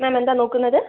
മാം എന്താണ് നോക്കുന്നത്